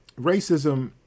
racism